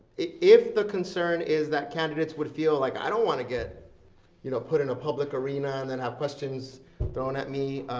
if the concern is that candidates would feel like i don't want to get you know put in a public arena and then have questions thrown at me.